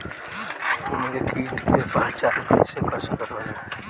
हमनी के कीट के पहचान कइसे कर सकत बानी?